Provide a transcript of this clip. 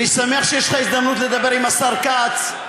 אני שמח שיש לך הזדמנות לדבר עם השר כץ.